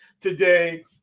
today